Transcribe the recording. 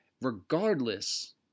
Regardless